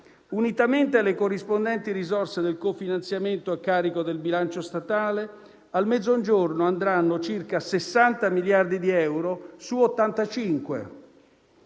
unitamente alle corrispondenti risorse del cofinanziamento a carico del bilancio statale, al Mezzogiorno andranno circa 60 miliardi di euro, su 85